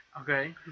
Okay